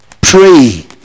Pray